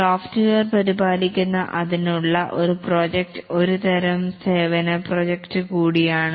software പരിപാലിക്കുന്ന അതിനുള്ള ഒരു പ്രോജക്ട് ഒരുതരം സേവന പ്രോജക്ട് കൂടിയാണ്